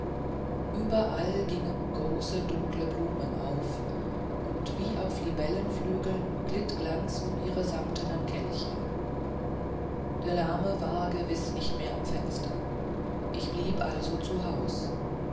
überall gingen große dunkle blumen auf und wie auf libellenflügeln glitt glanz um ihre samtenen kelche der lahme war gewiß nicht mehr am fenster ich blieb also zu haus